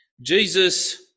Jesus